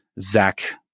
Zach